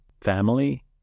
family